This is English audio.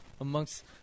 amongst